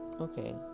okay